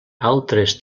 altres